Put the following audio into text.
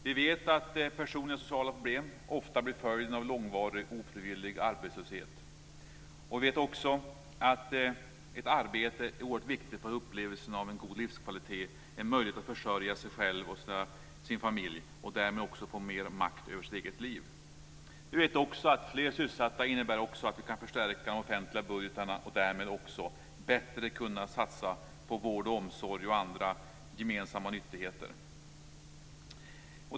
Vi vet att personliga och sociala problem ofta blir följden av långvarig ofrivillig arbetslöshet. Vi vet också att ett arbete är oerhört viktigt för upplevelsen av en god livskvalitet och för möjligheten att försörja sig själv och sin familj och därmed få mer makt över sitt eget liv. Vi vet att fler sysselsatta innebär att vi kan förstärka de offentliga budgetarna och därmed kan satsa bättre på vård och omsorg och andra gemensamma nyttigheter.